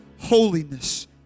holiness